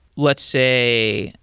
let's say,